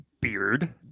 beard